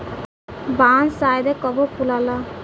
बांस शायदे कबो फुलाला